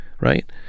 right